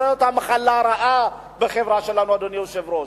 זאת המחלה הרעה בחברה שלנו, אדוני היושב-ראש.